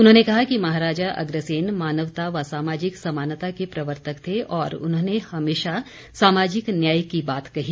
उन्होंने कहा कि महाराजा अग्रसेन मानवता व सामाजिक समानता के प्रवर्तक थे और उन्होंने हमेशा सामाजिक न्याय की बात कही